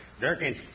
Durkin